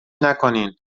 نکنین